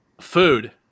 Food